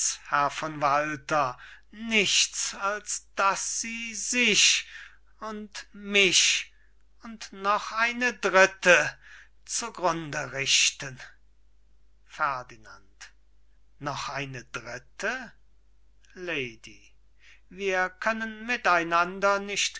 herr von walter nichts als daß sie sich und mich und noch eine dritte zu grund richten ferdinand noch eine dritte lady wir können mit einander nicht